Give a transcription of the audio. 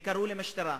וקראו למשטרה.